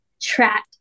track